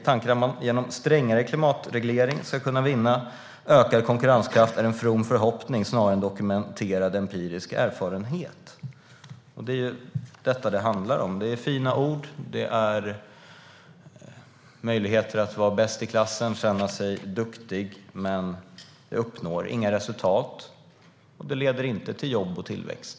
Tanken att man genom strängare klimatreglering också kan vinna ökad konkurrenskraft är en from förhoppning snarare än dokumenterad empirisk erfarenhet." Detta handlar om fina ord och möjligheter att vara bäst i klassen och känna sig duktig. Men man uppnår inga resultat på detta sätt, och det leder inte till jobb och tillväxt.